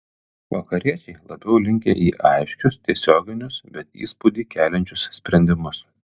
vakariečiai labiau linkę į aiškius tiesioginius bet įspūdį keliančius sprendimus